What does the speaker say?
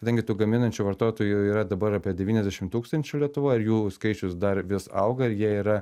kadangi tų gaminančių vartotojų yra dabar apie devyniasdešim tūkstančių lietuvoj ir jų skaičius dar vis auga ir jie yra